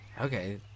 Okay